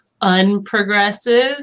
unprogressive